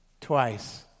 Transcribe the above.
twice